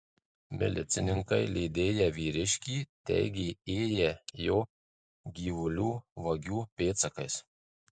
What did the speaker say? milicininkai lydėję vyriškį teigė ėję jo gyvulių vagių pėdsakais